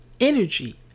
energy